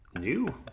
New